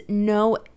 No